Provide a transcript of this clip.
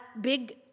big